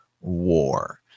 War